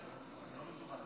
חברי